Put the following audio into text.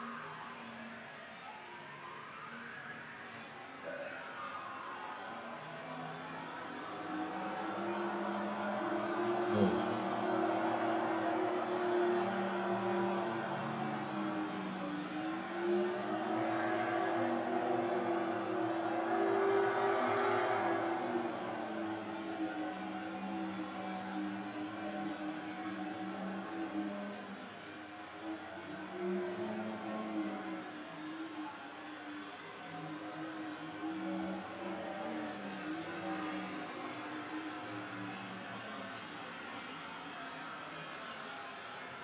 mm